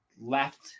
left